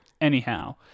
Anyhow